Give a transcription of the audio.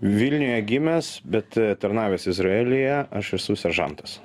vilniuje gimęs bet tarnavęs izraelyje aš esu seržantas